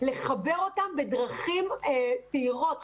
לחבר אותם בדרכים צעירות,